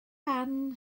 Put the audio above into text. barn